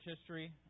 history